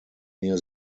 near